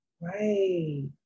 right